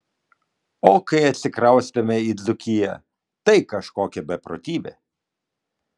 o kai atsikraustėme į dzūkiją tai kažkokia beprotybė